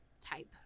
type